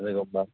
ꯑꯗꯨꯒꯨꯝꯕ